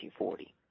1940